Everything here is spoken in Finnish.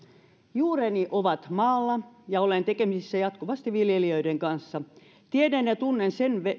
juureni ovat maalla ja olen jatkuvasti tekemisissä viljelijöiden kanssa tiedän ja tunnen sen